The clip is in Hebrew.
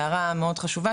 זו הערה מאוד חשובה,